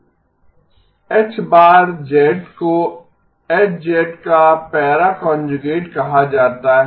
H को H का para conjugate कहा जाता है